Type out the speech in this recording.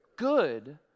good